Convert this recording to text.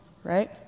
Right